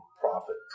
profit